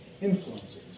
influences